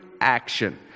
action